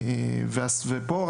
ופה,